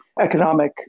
economic